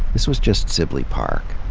is was just sib ley park.